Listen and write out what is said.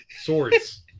swords